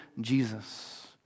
Jesus